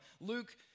Luke